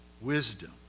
Wisdom